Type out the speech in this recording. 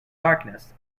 darkness